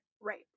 Right